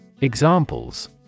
Examples